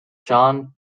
john